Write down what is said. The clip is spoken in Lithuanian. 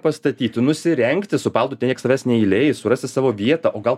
pastatyti nusirengti su paltu ten nieks tavęs neįleis surasti savo vietą o gal